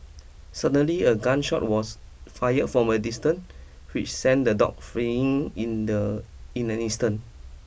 suddenly a gun shot was fired from a distant which sent the dog freeing in the in an instant